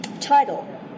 title